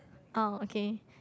oh okay